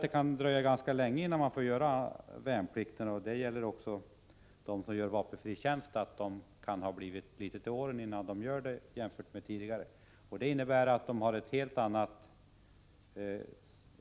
Det kan dröja ganska länge innan de värnpliktiga får göra sin värnplikt. Även de som skall göra vapenfri tjänst kan ha blivit litet till åren innan de får fullgöra värnplikten. De har då ett helt annat